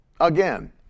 Again